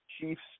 Chiefs